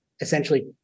essentially